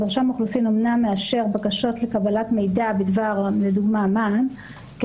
מרשם אוכלוסין אמנם מאשר בקשות לקבלת מידע בדבר למשל- -- כדי